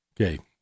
Okay